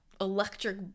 electric